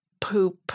poop